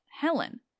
Helen